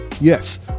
Yes